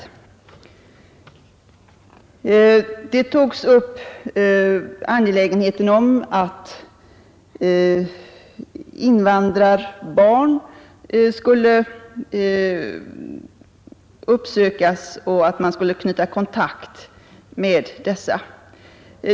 I debatten har man berört nödvändigheten av att invandrarbarn skulle uppsökas och att man skulle knyta kontakt med dessa.